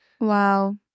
Wow